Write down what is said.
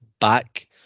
back